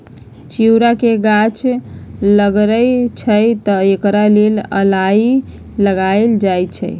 घिउरा के गाछ लथरइ छइ तऽ एकरा लेल अलांन लगायल जाई छै